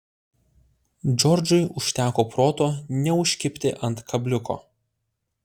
džordžui užteko proto neužkibti ant kabliuko